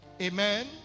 Amen